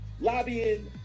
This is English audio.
lobbying